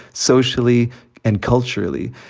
socially and culturally.